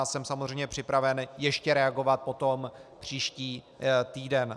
Jsem samozřejmě připraven ještě reagovat potom příští týden.